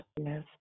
Yes